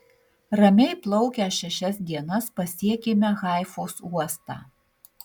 ramiai plaukę šešias dienas pasiekėme haifos uostą